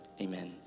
Amen